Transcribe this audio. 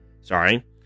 sorry